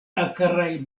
akraj